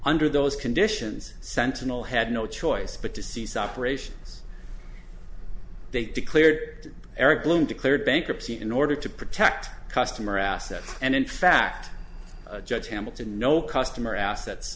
under those conditions sentinel had no choice but to cease operations they declared eric bloom declared bankruptcy in order to protect customer assets and in fact judge hamilton no customer assets